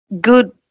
Good